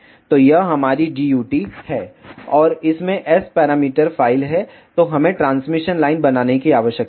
तो यह हमारी DUT है और इसमें S पैरामीटर फ़ाइल है तो हमें ट्रांसमिशन लाइन बनाने की आवश्यकता है